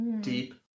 Deep